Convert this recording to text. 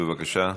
בבקשה.